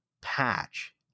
patch